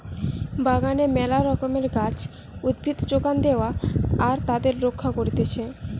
বাগানে মেলা রকমের গাছ, উদ্ভিদ যোগান দেয়া আর তাদের রক্ষা করতিছে